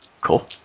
Cool